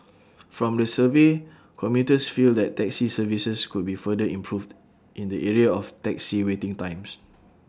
from the survey commuters feel that taxi services could be further improved in the area of taxi waiting times